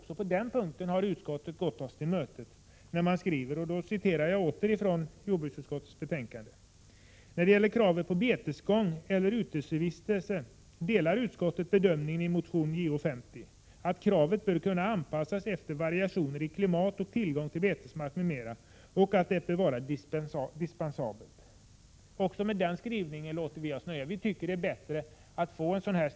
Även på den punkten tycker jag att utskottet har gått oss till mötes när det skriver: ”När det gäller kraven på betesgång eller utevistelse ——— delar utskottet bedömningen i motion Jo50 att kravet bör kunna anpassas efter variationer i klimat och tillgång till betesmark m.m. och att det bör vara dispensabelt.” Också med den skrivningen låter vi oss nöja. Vi tycker att en sådan skrivning är bättre.